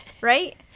right